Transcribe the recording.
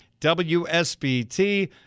WSBT